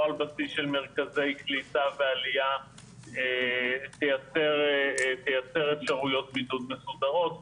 או על בסיס של מרכזי קליטה ועליה תייצר אפשרויות בידוד מסודרות,